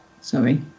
Sorry